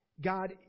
God